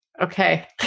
Okay